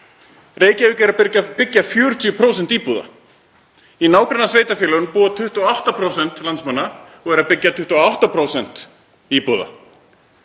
Reykjavík er að byggja 40% íbúða. Í nágrannasveitarfélögunum búa 28% landsmanna og þau eru að byggja 28% íbúða,